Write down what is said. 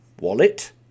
wallet